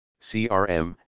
CRM